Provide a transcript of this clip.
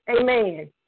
amen